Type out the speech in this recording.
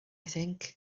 think